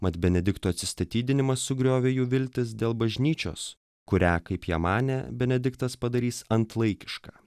mat benedikto atsistatydinimas sugriovė jų viltis dėl bažnyčios kurią kaip jie manė benediktas padarys antlaikišką